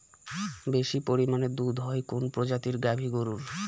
বেশি পরিমানে দুধ হয় কোন প্রজাতির গাভি গরুর?